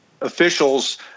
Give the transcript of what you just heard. officials